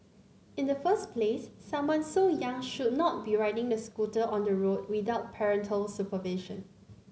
in the first place someone so young should not be riding the scooter on the road without parental supervision